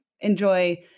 enjoy